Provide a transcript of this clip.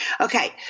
Okay